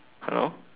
hello